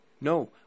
No